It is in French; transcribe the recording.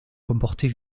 comporter